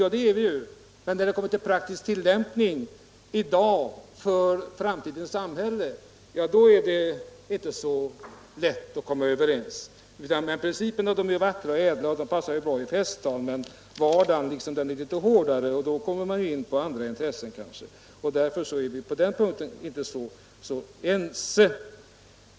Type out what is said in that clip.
Ja, det är vi, men när den kommer till praktisk tillämpning för framtidens samhälle blir det kanske inte lika lätt att komma överens. Principerna är vackra och ädla och passar bra vid festligare tillfällen, men i den hårdare vardagen sätter man kanske andra intressen före dem. Därför är vi inte helt ense på den punkten.